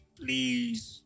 please